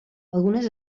algunes